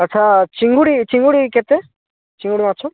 ଆଚ୍ଛା ଚିଙ୍ଗୁଡ଼ି ଚିଙ୍ଗୁଡ଼ି କେତେ ଚିଙ୍ଗୁଡ଼ି ମାଛ